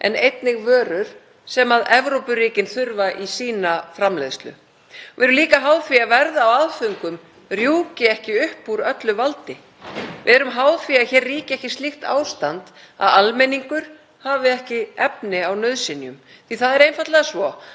Við erum háð því að hér ríki ekki slíkt ástand að almenningur hafi ekki efni á nauðsynjum því að það er einfaldlega svo að hvort tveggja hækkun á innlendri vöru sem og hækkun á vöruverði erlendis frá, hvort sem er til neyslu eða framleiðslu, getur ógnað fæðuöryggi landsmanna.